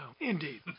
Indeed